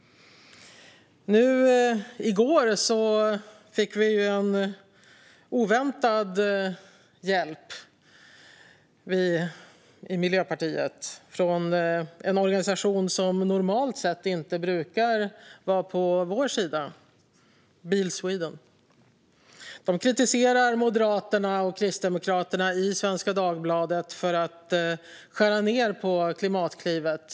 I går fick vi i Miljöpartiet oväntad hjälp från en organisation som normalt sett inte brukar vara på vår sida, nämligen Bil Sweden som i Svenska Dagbladet kritiserade Moderaterna och Kristdemokraterna för att de skär ned på Klimatklivet.